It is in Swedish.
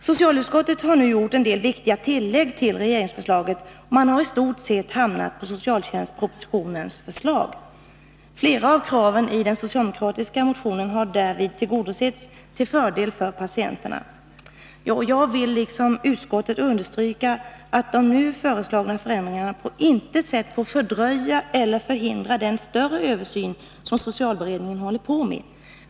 Socialutskottet har nu gjort en del viktiga tillägg till regeringsförslaget, och man har i stort sett hamnat på socialtjänstpropositionens förslag. Flera av kraven i den socialdemokratiska motionen har därvid tillgodosetts till fördel för patienterna. Jag vill liksom utskottet understryka att nu föreslagna förändringar på intet sätt får fördröja eller förhindra den större översyn som socialberedningen håller på med.